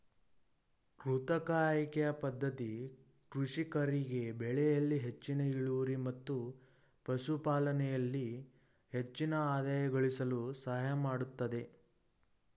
ಕೃತಕ ಆಯ್ಕೆಯ ಪದ್ಧತಿ ಕೃಷಿಕರಿಗೆ ಬೆಳೆಯಲ್ಲಿ ಹೆಚ್ಚಿನ ಇಳುವರಿ ಮತ್ತು ಪಶುಪಾಲನೆಯಲ್ಲಿ ಹೆಚ್ಚಿನ ಆದಾಯ ಗಳಿಸಲು ಸಹಾಯಮಾಡತ್ತದೆ